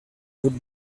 would